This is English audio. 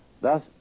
Thus